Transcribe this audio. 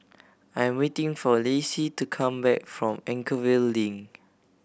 I'm waiting for Lacey to come back from Anchorvale Link